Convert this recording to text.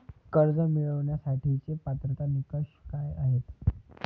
कर्ज मिळवण्यासाठीचे पात्रता निकष काय आहेत?